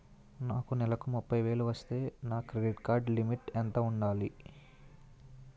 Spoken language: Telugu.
నాకు నెలకు ముప్పై వేలు వస్తే నా క్రెడిట్ కార్డ్ లిమిట్ ఎంత ఉంటాది?